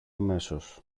αμέσως